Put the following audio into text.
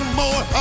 more